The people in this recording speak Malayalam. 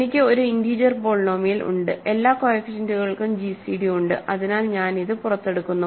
എനിക്ക് ഒരു ഇന്റീജർ പോളിനോമിയൽ ഉണ്ട് എല്ലാ കോഎഫിഷ്യന്റ്കൾക്കും gcd ഉണ്ട് അതിനാൽ ഞാൻ അത് പുറത്തെടുക്കുന്നു